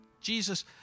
Jesus